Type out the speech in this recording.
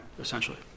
essentially